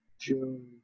June